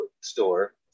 store